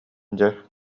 дьэ